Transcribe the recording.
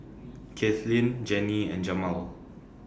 Kathlyn Jenni and Jamal